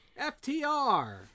FTR